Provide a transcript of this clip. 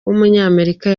w’umunyamerika